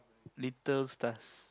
little stars